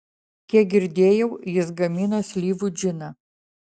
kiek girdėjau jis gamina slyvų džiną